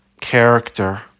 character